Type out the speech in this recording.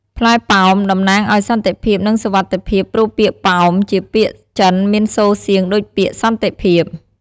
ផ្លែប៉ោមតំណាងឱ្យសន្តិភាព និងសុវត្ថិភាព ព្រោះពាក្យ "ប៉ោម"ជាភាសាចិនមានសូរសៀងដូចពាក្យ "សន្តិភាព"។